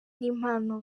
n’impano